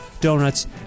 donuts